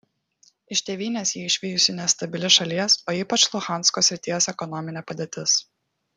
iš tėvynės jį išvijusi nestabili šalies o ypač luhansko srities ekonominė padėtis